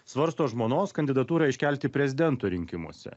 svarsto žmonos kandidatūrą iškelti prezidento rinkimuose